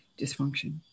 dysfunction